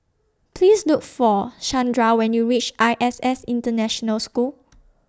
Please Look For Shandra when YOU REACH I S S International School